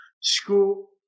school